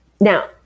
Now